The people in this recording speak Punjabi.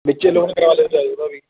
ਵਿਚੋ ਲੋਨ ਕਰਵਾ ਲਿਓ ਚਾਹੇ ਉਹ ਦਾ ਵੀ